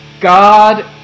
God